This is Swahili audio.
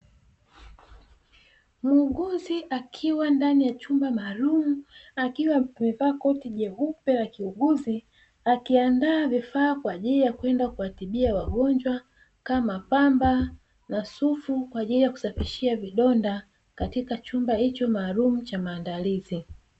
Muuguzi akiwa ndani ya chumba maalumu, akiwa amevaa koti jeupe la kiuguzi, akiandaa vifaa kwa ajili ya kwenda kuwatibia wagonjwa kama; pamba na sufu kwa ajili ya kusafishia vidonda, katika chumba hicho maalumu cha maandalizi.